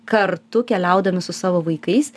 kartu keliaudami su savo vaikais